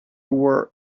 were